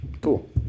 Cool